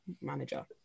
manager